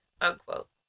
Unquote